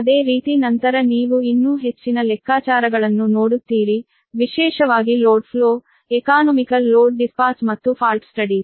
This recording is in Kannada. ಅದೇ ರೀತಿ ನಂತರ ನೀವು ಇನ್ನೂ ಹೆಚ್ಚಿನ ಲೆಕ್ಕಾಚಾರಗಳನ್ನು ನೋಡುತ್ತೀರಿ ವಿಶೇಷವಾಗಿ load flow economical load dispatch ಮತ್ತು ಫಾಲ್ಟ್ ಸ್ಟಡೀಸ್